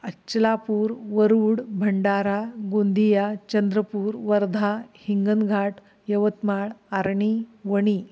Achalpur Warud Bhandara Gondia Chandrapur Wardha Hinganghat Yavatmal Arni Wani